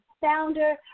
founder